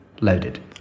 loaded